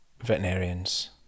veterinarians